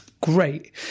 great